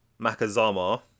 Makazama